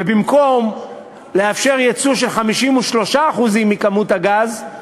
ובמקום לאפשר ייצוא של 53% מכמות הגז,